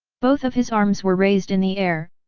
both of his arms were raised in the air,